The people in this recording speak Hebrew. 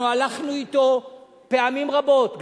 אנחנו הלכנו אתו פעמים רבות,